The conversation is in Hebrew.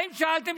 האם שאלתם